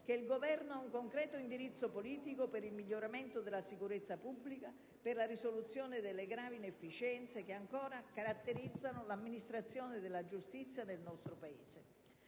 che il Governo ha un concreto indirizzo politico per il miglioramento della sicurezza pubblica e per la risoluzione delle gravi inefficienze che ancora caratterizzano l'amministrazione della giustizia nel nostro Paese.